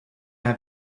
have